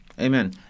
Amen